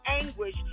anguish